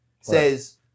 says